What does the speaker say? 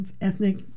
ethnic